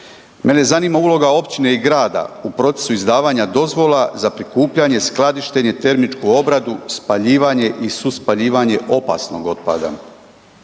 Mene zanima uloga općine i grada u procesu izdavanja dozvola za prikupljanje, skladištenje, termičku obradu, spaljivanje i suspaljivanje opasnog otpada.